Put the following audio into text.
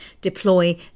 deploy